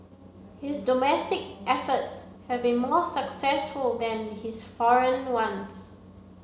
his domestic efforts have been more successful than his foreign ones